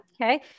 Okay